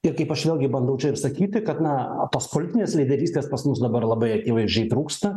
ir kaip aš vėlgi bandau čia ir sakyti kad na tos politinės lyderystės pas mus dabar labai akivaizdžiai trūksta